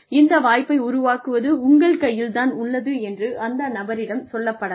இந்த வாய்ப்பை உருவாக்குவது உங்கள் கையில் தான் உள்ளது என்று அந்த நபரிடம் சொல்லப்படலாம்